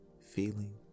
feeling